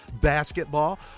basketball